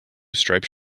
striped